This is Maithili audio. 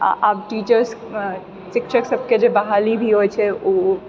आओर आब टीचर शिक्षक सबके जे बहाली भी जे होइ छै ओ